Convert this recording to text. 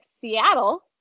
Seattle